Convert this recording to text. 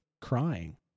crying